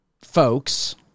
folks